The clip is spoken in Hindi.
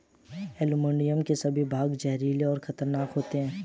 ओलियंडर के सभी भाग जहरीले और खतरनाक होते हैं